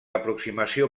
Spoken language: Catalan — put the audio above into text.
aproximació